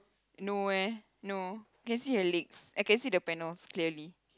no eh no can see her legs I can see the panels clearly